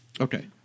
Okay